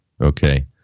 Okay